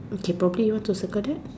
okay probably you want to circle that